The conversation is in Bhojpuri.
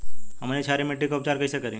हमनी क्षारीय मिट्टी क उपचार कइसे करी?